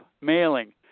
mailing